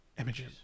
images